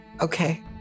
okay